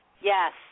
Yes